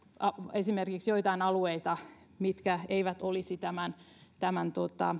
esimerkiksi joitain alueita mitkä eivät olisi tämän tämän